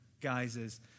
guises